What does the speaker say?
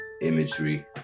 imagery